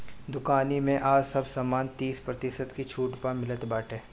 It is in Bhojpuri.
दुकानी में आज सब सामान तीस प्रतिशत के छुट पअ मिलत बाटे